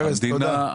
ארז, תודה.